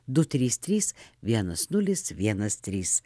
du trys trys vienas nulis vienas trys